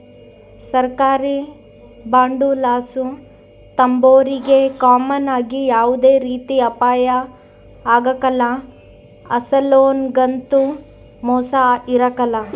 ಸರ್ಕಾರಿ ಬಾಂಡುಲಾಸು ತಾಂಬೋರಿಗೆ ಕಾಮನ್ ಆಗಿ ಯಾವ್ದೇ ರೀತಿ ಅಪಾಯ ಆಗ್ಕಲ್ಲ, ಅಸಲೊಗಂತೂ ಮೋಸ ಇರಕಲ್ಲ